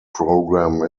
program